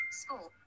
school